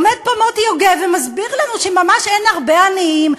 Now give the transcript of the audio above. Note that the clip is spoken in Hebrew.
עומד פה מוטי יוגב ומסביר לנו שממש אין הרבה עניים.